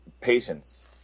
patience